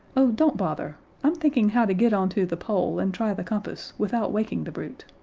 oh, don't bother i'm thinking how to get onto the pole and try the compass without waking the brute.